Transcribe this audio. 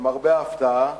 למרבה ההפתעה,